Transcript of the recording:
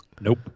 Nope